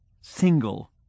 Single